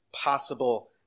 possible